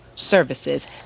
Services